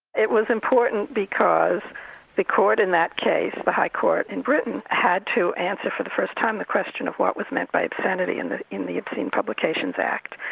it was important because the court in that case, the high court in britain, had to answer for the first time the question of what was meant by obscenity in the in the obscene publications act.